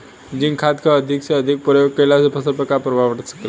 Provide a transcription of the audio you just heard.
Zinc खाद क अधिक से अधिक प्रयोग कइला से फसल पर का प्रभाव पड़ सकेला?